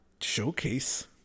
showcase